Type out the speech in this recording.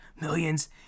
Millions